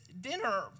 dinner